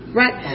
right